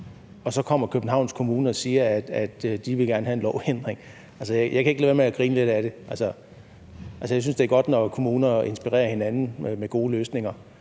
år, og Københavns Kommune så kommer og siger, at de gerne vil have en lovændring, så kan jeg ikke lade være med at grine lidt af det. Altså, jeg synes, det er godt, når kommuner inspirerer hinanden med gode løsninger.